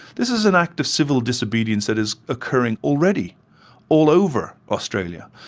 this is an act of civil disobedience that is occurring already all over australia.